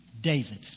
David